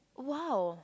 !wow!